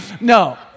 no